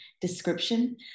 description